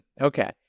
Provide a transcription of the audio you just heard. Okay